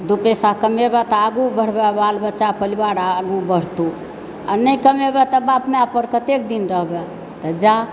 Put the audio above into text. दू पैसा कमेबऽ तऽ आगु बढ़बऽ बाल बच्चा परिवार आगूँ बढ़तहुँ आ नहि कमेबऽ तऽ बाप माय पर कतेक दिन रहबऽ तऽ जा